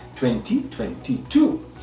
2022